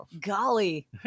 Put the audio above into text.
Golly